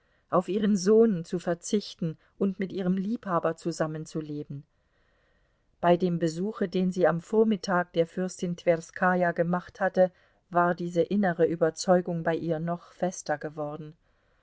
auf ihren sohn zu verzichten und mit ihrem liebhaber zusammen zu leben bei dem besuche den sie am vormittag der fürstin twerskaja gemacht hatte war diese innere überzeugung bei ihr noch fester geworden